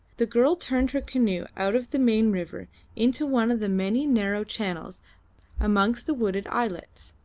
the girl turned her canoe out of the main river into one of the many narrow channels amongst the wooded islets,